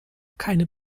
keine